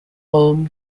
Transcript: ulm